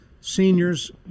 seniors